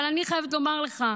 אבל אני חייבת לומר לך,